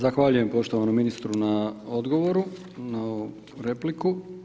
Zahvaljujem poštovanom ministru na odgovoru na repliku.